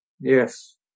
Yes